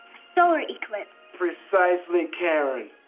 solar eclipse. precisely, karen.